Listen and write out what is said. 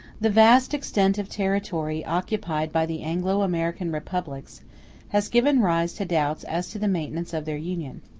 the vast extent of territory occupied by the anglo-american republics has given rise to doubts as to the maintenance of their union.